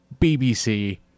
BBC